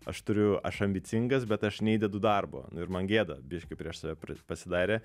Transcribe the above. aš turiu aš ambicingas bet aš neįdedu darbo ir man gėda biškį prieš save pra pasidarė